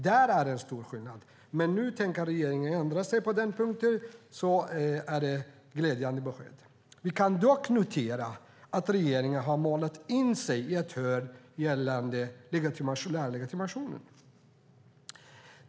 Där är det en stor skillnad. Men nu tänker regeringen ändra sig på den punkten, och det är ett glädjande besked. Vi kan dock notera att regeringen har målat in sig i ett hörn gällande lärarlegitimationen.